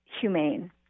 humane